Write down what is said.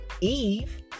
Eve